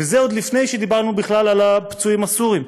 וזה עוד לפני שדיברנו בכלל על הפצועים הסורים.